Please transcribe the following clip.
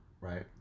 right